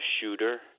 shooter